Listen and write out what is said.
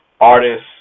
artists